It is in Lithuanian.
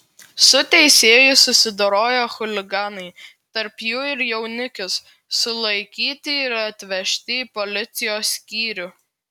su teisėju susidoroję chuliganai tarp jų ir jaunikis sulaikyti ir atvežti į policijos skyrių